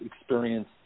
experience